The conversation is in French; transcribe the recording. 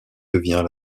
devient